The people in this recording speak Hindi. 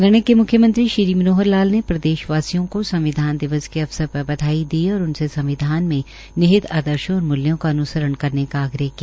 हरियाणा के मुख्यमंत्री श्री मनोहर लाल ने प्रदेशवासियों को संविधान दिवस के अवसर पर बधाई दी और उनसे संविधान में निहित आदर्शों और मूल्यों का अन्सरण करने का आग्रह किया